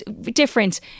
Different